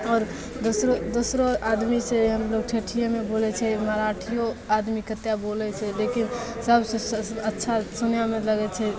आओर दोसरो दोसरो आदमीसे हमलोग ठेठियेमे बोलै छियै मराठियो आदमी कतेक बोलै छै लेकिन सबसे अच्छा सुनयमे लगै छै